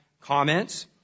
Comments